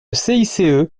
cice